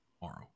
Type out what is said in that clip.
tomorrow